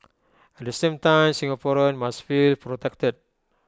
at the same time Singaporeans must feel protected